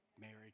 Mary